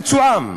לביצועה,